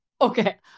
okay